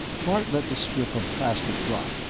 bart let the strip of plastic drop,